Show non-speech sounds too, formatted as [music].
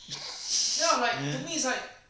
[laughs]